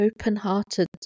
open-hearted